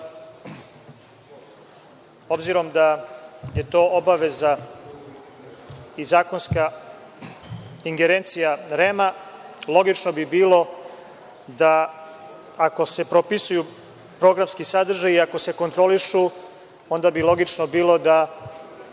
slično. Obzirom da je to obaveza i zakonska ingerencija REM-a, logično bi bilo da ako se propisuju programski sadržaji i ako se kontrolišu, onda bi logično bilo da